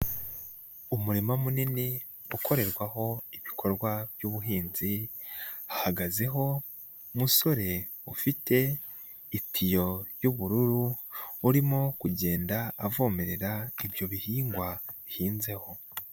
Umurima munini ukorerwaho ibikorwa by'ubuhinzi, hahagazeho umusore ufite itiyo ry'ubururu, urimo kugenda avomerera ibyo bihingwa bihinzeho.